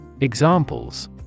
Examples